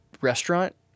restaurant –